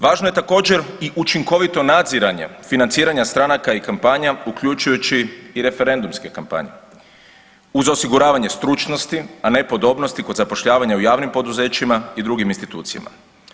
Važno je također i učinkovito nadziranje financiranja stranaka i kampanja uključujući i referendumske kampanje uz osiguravanje stručnosti, a ne podobnosti kod zapošljavanja u javnim poduzećima i drugim institucijama.